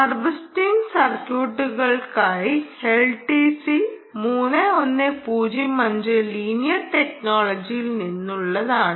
harvesting സർക്യൂട്ടായ LTC 3105 linear ടെക്നോളജികളിൽ നിന്നുള്ളതാണ്